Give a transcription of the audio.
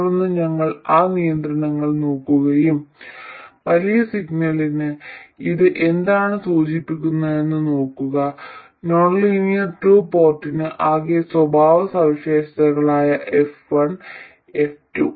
തുടർന്ന് ഞങ്ങൾ ആ നിയന്ത്രണങ്ങൾ നോക്കുകയും വലിയ സിഗ്നലിന് ഇത് എന്താണ് സൂചിപ്പിക്കുന്നതെന്ന് നോക്കുക നോൺലീനിയർ ടു പോർട്ടിന്റെ ആകെ സ്വഭാവസവിശേഷതകളായ f1 f2